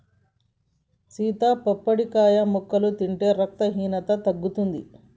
సీత గీ పప్పడికాయ ముక్కలు తింటే రక్తహీనత తగ్గుతుంది